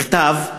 נכתב: